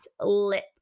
lip